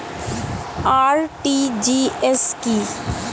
RTGS কি?